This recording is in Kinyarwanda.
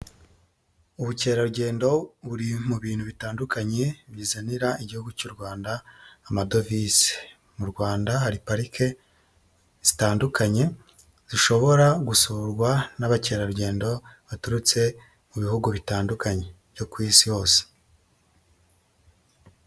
Ubukerarugendo buri mu bintu bitandukanye bizanira igihugu cy'u Rwanda amadovize. Mu Rwanda hari parike zitandukanye, zishobora gusurwa n'abakerarugendo baturutse mu bihugu bitandukanye byo ku isi hose.